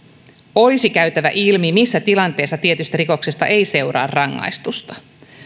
olisi käytävä ilmi missä tilanteessa tietystä rikoksesta ei seuraa rangaistusta